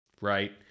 right